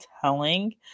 telling